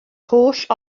holl